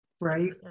right